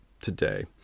today